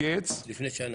היה לפני שנה.